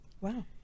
Wow